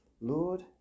Lord